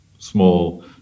small